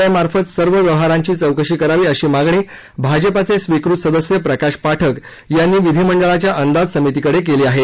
I मार्फत सर्व व्यवहारांची चौकशी करावी अशी मागणी भाजपाचे स्वीकृत सदस्य प्रकाश पाठक यांनी विधीमंडळाच्या अंदाज समितीकडे केली आहे